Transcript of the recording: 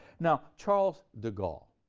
now, charles de gaulle,